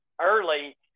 early